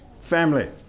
family